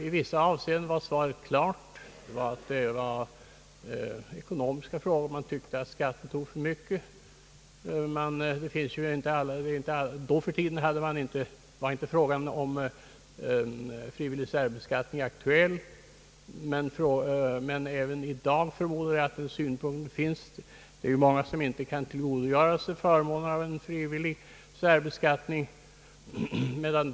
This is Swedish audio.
I vissa avseenden var sva ret klart: det hela berodde på ekonomiska frågor; sjuksköterskorna tyckte att skatten tog för mycket. Vid den tiden var inte frågan om frivillig särbeskattning aktuell, men jag förmodar att de ekonomiska synpunkterna även i dag spelar en stor roll — det är ju många som inte kan tillgodogöra sig förmånerna av en frivillig särbeskattning.